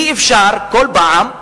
אי-אפשר בכל פעם,